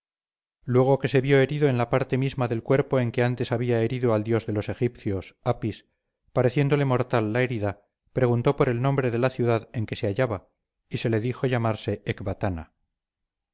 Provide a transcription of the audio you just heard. luego que se vio herido en la parte misma del cuerpo en que antes había herido al dios de los egipcios apis pareciéndole mortal la herida preguntó por el nombre de la ciudad en que se hallaba y se le dijo llamarse ecbatana